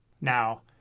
Now